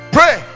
Pray